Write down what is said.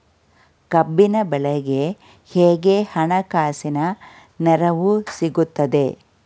ಕಬ್ಬಿನ ಬೆಳೆಗೆ ಹೇಗೆ ಹಣಕಾಸಿನ ನೆರವು ಸಿಗುತ್ತದೆ?